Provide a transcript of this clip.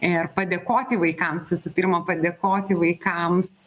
ir padėkoti vaikams visų pirma padėkoti vaikams